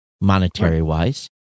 monetary-wise